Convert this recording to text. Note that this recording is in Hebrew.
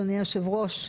אדוני היושב-ראש.